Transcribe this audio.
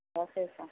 okay sir